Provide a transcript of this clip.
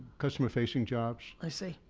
customer facing jobs. i see.